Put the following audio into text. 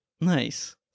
Nice